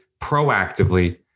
proactively